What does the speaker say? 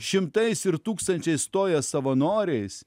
šimtais ir tūkstančiai stojo savanoriais